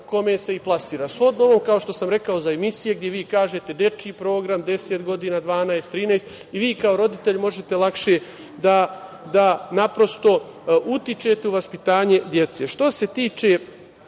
kome se i plasira. Shodno ovom, kao što sam rekao za emisije, gde vi kažete dečiji program 10, 12, 13 godina i vi kao roditelj možete lakše da naprosto utičete u vaspitanju dece. Što se tiče